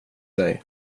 dig